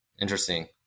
Interesting